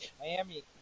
Miami